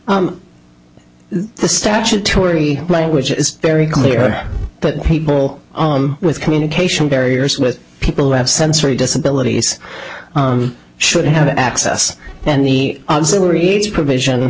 me the statutory language is very clear that people on with communication barriers with people who have sensory disabilities should have access and the auxiliary provision